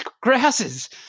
grasses